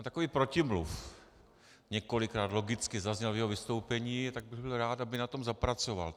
Takový protimluv několikrát logicky zazněl v jeho vystoupení, a tak bych byl rád, aby na tom zapracoval.